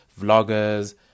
vloggers